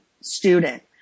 student